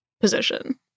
position